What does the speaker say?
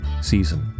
season